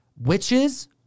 Witches